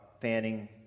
Fanning